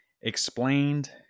explained